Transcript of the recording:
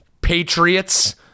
patriots